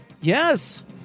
Yes